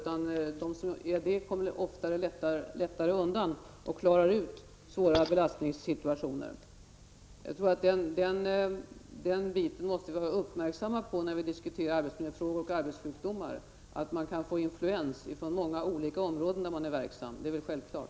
Men de som är det kommer lättare undan och klarar av svåra belastningssituationer. När vi diskuterar arbetsmiljöfrågor och arbetssjukdomar måste vi vara uppmärksamma på att man kan påverkas inom många olika områden där man är verksam. Det är självklart.